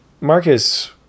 Marcus